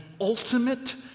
ultimate